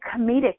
comedic